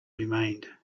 remained